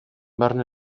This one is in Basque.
barne